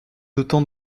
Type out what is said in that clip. autant